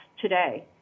today